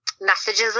messages